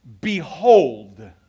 behold